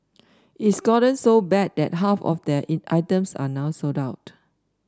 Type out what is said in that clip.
it's gotten so bad that half of their items are now sold out